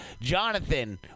Jonathan